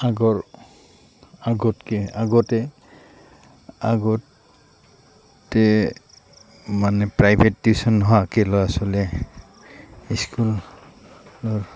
আগৰ আগতকৈ আগতে আগতে মানে প্ৰাইভেট টিউশ্যন নোহোৱাকৈ ল'ৰা ছোৱালীয়ে স্কুল